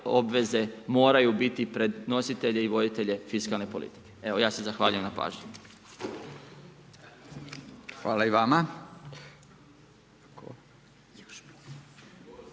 obveze moraju biti pred nositelje i voditelje fiskalne politike. Evo, ja se zahvaljujem na pažnji. **Radin,